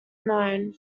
known